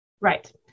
Right